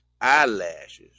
eyelashes